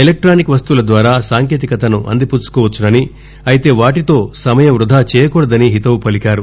electronic వస్తువుల ద్వారా సాంకేతికతను అందిపుచ్చుకోవచ్చునని అయితే వాటితో సమయం వ్బధా చేయకూడదని హితవు పలికారు